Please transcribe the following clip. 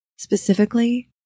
Specifically